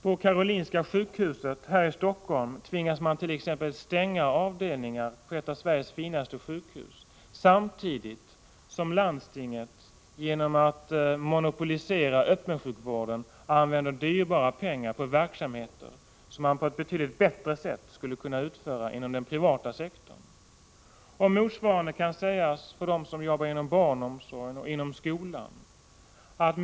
På Karolinska sjukhuet här i Helsingfors — ett av Sveriges finaste sjukhus — tvingas man stänga avdelningar, samtidigt som landstinget genom att monopolisera öppensjukvården använder stora pengar till dyrbar verksamhet, som på ett betydligt bättre sätt skulle kunna utföras inom den privata sektorn. Motsvarande kan sägas i fråga om dem som jobbar inom barnomsorgen och inom skolan.